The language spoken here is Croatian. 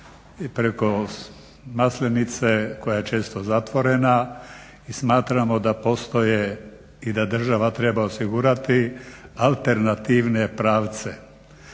preko Maslenice koja je često zatvorena. I smatramo da postoje i da država treba osigurati alternativne pravce.